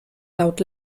laut